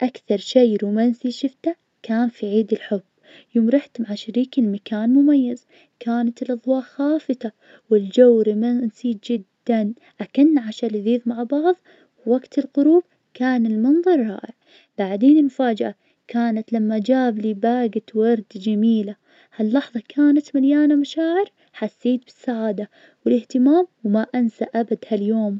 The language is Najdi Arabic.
أكثر شي طريف شفته, كان يوم رحت مع الاصدجاء للحديجة, كنا نلعب كورة, فجأة كلب جاي من بعيد وشافنا, وكأن كرر ينضم للعبة, تخيل الكل بدا يركض ويمسك الكرة من بين ايدينا, ضحنا كثير, وكلنا حاولنا ناخذها منه, آخر شي الكلب أخذ الكرة وركض بعيد, وكأنها ملكه, هاللحظة خلتنا نضحك ونتذكرها كل ما اجتمعنا.